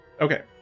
Okay